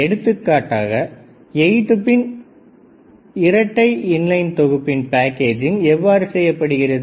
எடுத்துக்காட்டாக 8 பின் இரட்டை இன்லைன் தொகுப்பின் பேக்கேஜிங் எவ்வாறு செய்யப்படுகிறது